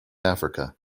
africa